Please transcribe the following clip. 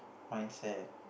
mindset